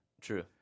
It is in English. True